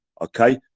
okay